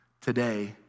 today